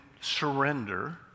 surrender